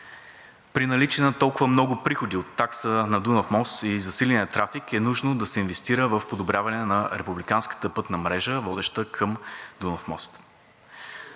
При наличие на толкова много приходи от таксата на Дунав мост и засиления трафик е нужно да се инвестира в подобряване на републиканската пътна мрежа, водеща към Дунав мост.